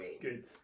Good